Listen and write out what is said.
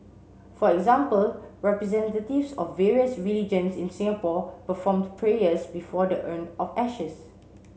for example representatives of various religions in Singapore performed prayers before the urn of ashes